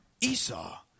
Esau